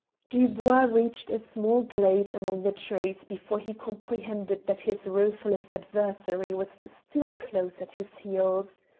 dubois reached a small glade among the trees before he comprehended that his ruthless adversary was still close at his heels.